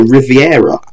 Riviera